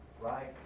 right